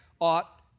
ought